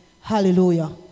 hallelujah